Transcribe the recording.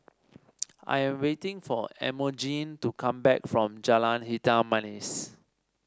I am waiting for Emogene to come back from Jalan Hitam Manis